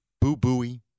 Boo-booey